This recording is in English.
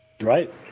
Right